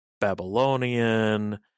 Babylonian